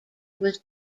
was